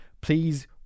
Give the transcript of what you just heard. Please